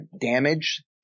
Damage